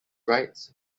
rights